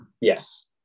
Yes